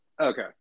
Okay